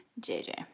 JJ